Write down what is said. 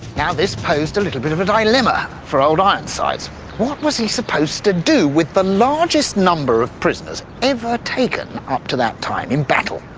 now, this posed a little bit of a dilemma for old ironsides what was he supposed to do with the largest number of prisoners ever taken up to that time in battle?